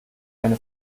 eine